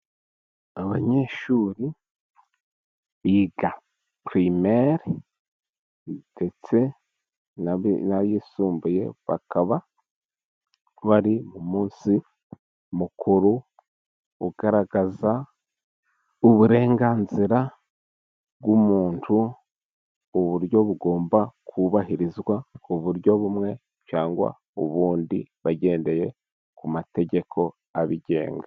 Abanyeshuri biga pirimere ndetse n'ayisumbuye. Bakaba bari mu munsi mukuru ugaragaza uburenganzira bw'umuntu, uburyo bugomba kubahirizwa, ku buryo bumwe cyangwa ubundi bagendeye ku mategeko abigenga.